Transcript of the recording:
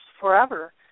forever